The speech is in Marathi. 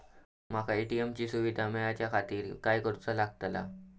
माका ए.टी.एम ची सुविधा मेलाच्याखातिर काय करूचा लागतला?